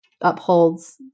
upholds